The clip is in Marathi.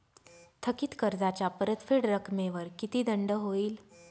थकीत कर्जाच्या परतफेड रकमेवर किती दंड होईल?